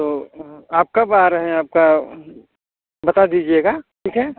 तो आप कब आ रहे हैं आपका बता दीजिएगा ठीक है